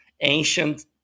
ancient